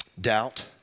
Doubt